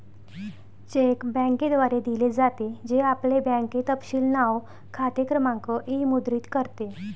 check बँकेद्वारे दिले जाते, जे आपले बँक तपशील नाव, खाते क्रमांक इ मुद्रित करते